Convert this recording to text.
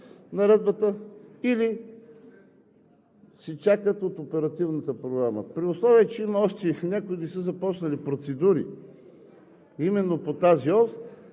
Наредбата, или се чакат от Оперативната програма. При условие че някои не са започнали процедури именно по тази ос,